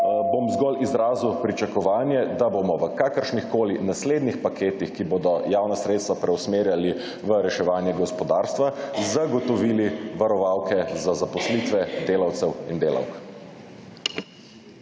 bom zgolj izrazil pričakovanje, da bomo v kakršnikoli naslednjih paket, ki bodo javna sredstva preusmerjali v reševanje gospodarstva zagotovili varovalke za zaposlitve delavcev in delavk.